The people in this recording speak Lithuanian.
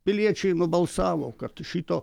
piliečiai nubalsavo kad šito